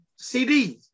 CDs